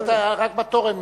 רק בתור.